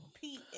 Pete